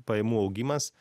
pajamų augimas